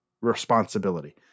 responsibility